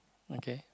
okay